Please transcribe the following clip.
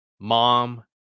mom